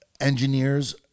engineers